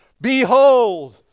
behold